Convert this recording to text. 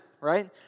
right